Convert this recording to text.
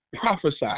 prophesied